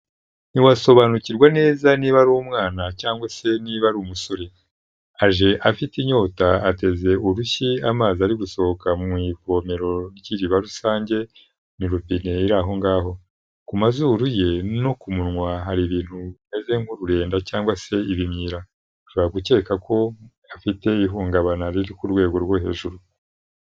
Ntiwasobanukirwa neza niba ari umwana cyangwa se niba ari umusore. Aje afite inyota, ateze urushyi amazi ari gusohoka mu ivomero ry'iriba rusange, ni robine iri aho ngaho. Ku mazuru ye no ku munwa hari ibintu bimeze nk'ururenda cyangwa se ibimyira. Ushobora gukeka ko afite ihungabana riri ku rwego rwo hejuru.